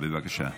בבקשה.